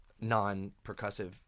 non-percussive